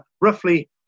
roughly